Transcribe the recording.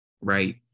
right